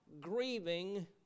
grieving